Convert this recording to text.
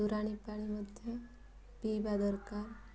ତୋରାଣି ପାଣି ମଧ୍ୟ ପିଇବା ଦରକାର